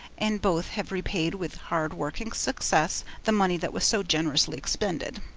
and both have repaid with hard work and success the money that was so generously expended.